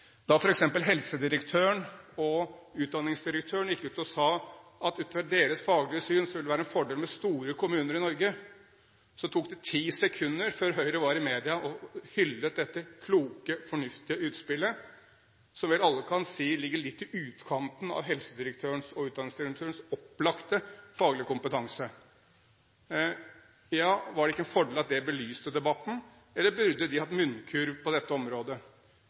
Da f.eks. helsedirektøren og utdanningsdirektøren gikk ut og sa at ut fra deres faglige syn ville det være en fordel med store kommuner i Norge, tok det ti sekunder før Høyre var i media og hyllet dette kloke, fornuftige utspillet, som vel alle kan si ligger litt i utkanten av helsedirektørens og utdanningsdirektørens opplagte faglige kompetanse. Ja, var det ikke en fordel at det belyste debatten, eller burde de hatt munnkurv på dette området?